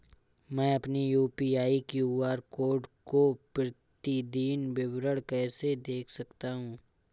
मैं अपनी UPI QR code का प्रतीदीन विवरण कैसे देख सकता हूँ?